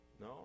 No